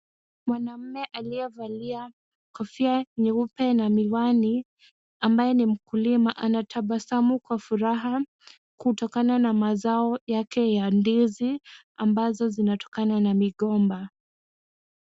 Mwanaume aliyevalia kofia nyeupe na miwani ambaye ni mkulima anatabasamu kwa furaha kutokana na mazao yake ya ndizi ambazo zinatokana na migomba.